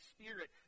Spirit